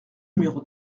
numéro